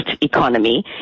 economy